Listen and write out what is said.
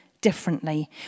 differently